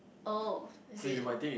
oh is it